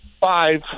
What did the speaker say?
Five